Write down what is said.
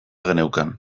geneukan